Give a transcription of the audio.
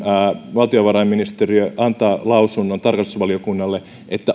valtiovarainministeriö antaa lausunnon tarkastusvaliokunnalle